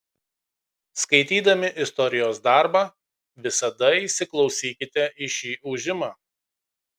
skaitydami istorijos darbą visada įsiklausykite į šį ūžimą